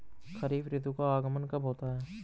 खरीफ ऋतु का आगमन कब होता है?